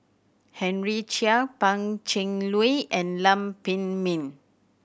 Henry Chia Pan Cheng Lui and Lam Pin Min